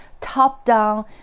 top-down